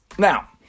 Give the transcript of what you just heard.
Now